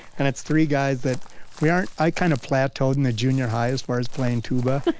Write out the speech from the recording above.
and it's three guys that we aren't i kind of plateaued in the junior high, as far as playing tuba,